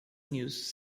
news